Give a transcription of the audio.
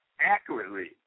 accurately